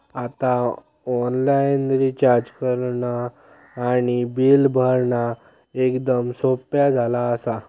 आता online recharge करणा आणि बिल भरणा एकदम सोप्या झाला आसा